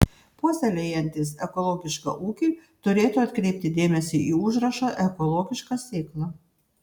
puoselėjantys ekologišką ūkį turėtų atkreipti dėmesį į užrašą ekologiška sėkla